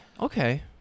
okay